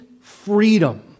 freedom